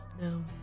No